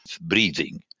breathing